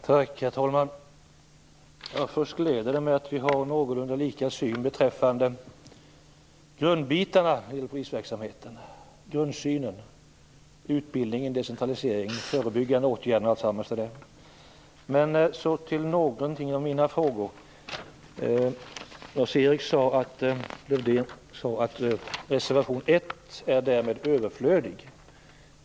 Herr talman! Det gläder mig att vi har någorlunda lika grundsyn på polisverksamheten, t.ex. utbildningen, decentraliseringen, förebyggande åtgärder osv. Men jag har några frågor. Lars-Erik Lövdén sade att reservation 1 var överflödig.